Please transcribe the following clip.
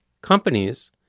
companies